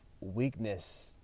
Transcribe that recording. weakness